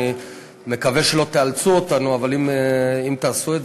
אני מקווה שלא תאלצו אותנו, אבל אם תעשו זה